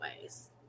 ways